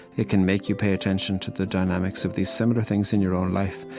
it can make you pay attention to the dynamics of these similar things in your own life,